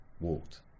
walked